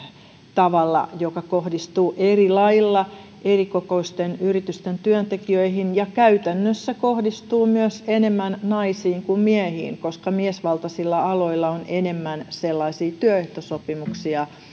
tavalla joka kohdistuu eri lailla erikokoisten yritysten työntekijöihin ja käytännössä kohdistuu myös enemmän naisiin kuin miehiin koska miesvaltaisilla aloilla on enemmän sellaisia työehtosopimuksia